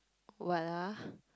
what ah